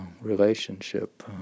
relationship